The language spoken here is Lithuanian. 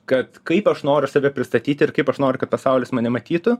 kad kaip aš noriu save pristatyti ir kaip aš noriu kad pasaulis mane matytų